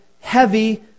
heavy